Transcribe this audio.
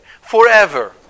forever